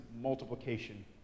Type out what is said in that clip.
multiplication